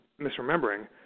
misremembering